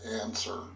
answer